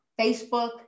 Facebook